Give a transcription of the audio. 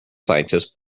scientists